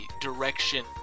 direction